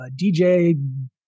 DJ